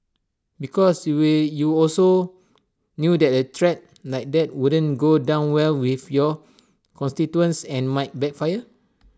because you you also knew that A threat like that wouldn't go down well with your constituents and might backfire